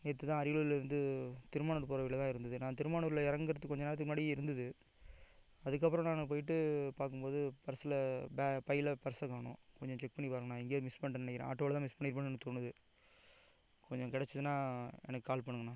நேற்று தான் அரியலூர்லருந்து திருமானூர் போகற வழியிலலாம் இருந்துது நான் திருமானூரில் இறங்கறதுக்கு கொஞ்ச நேரத்துக்கு முன்னாடி இருந்துது அதற்கப்பறம் நான் அங்கே போயிவிட்டு பார்க்கும்போது பர்ஸ்ஸில் பே பையில் பர்ஸ்ஸை காணும் கொஞ்சம் செக் பண்ணி பாருங்கண்ணா எங்கேயோ மிஸ் பண்ணிவிட்டேன்னு நினைக்கிறேன் ஆட்டோவில் தான் மிஸ் பண்ணிருப்பேன்னு எனக்கு தோணுது கொஞ்சம் கிடச்சிதுன்னா எனக்கு கால் பண்ணுங்கண்ணா